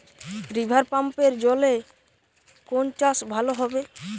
রিভারপাম্পের জলে কোন চাষ ভালো হবে?